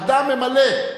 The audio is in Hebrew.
אדם ממלא,